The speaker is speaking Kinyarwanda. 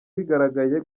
bigaragaye